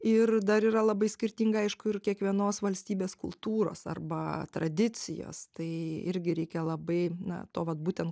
ir dar yra labai skirtinga iš kur kiekvienos valstybės kultūros arba tradicijos tai irgi reikia labai na to vat būtent